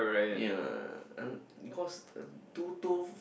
ya I because two toe